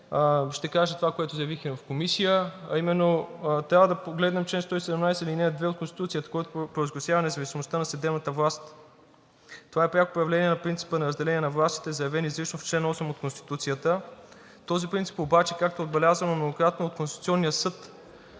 ще кажа това, което заявих и в Комисията, а именно, че трябва да погледнем чл. 117, ал. 2 от Конституцията, който провъзгласява независимостта на съдебната власт. Това е пряко проявление на принципа на разделение на властите, заявени изрично в чл. 8 от Конституцията. Този принцип обаче, както е отбелязано многократно от Конституционния съд,